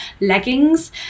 leggings